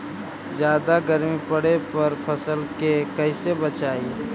जादा गर्मी पड़े पर फसल के कैसे बचाई?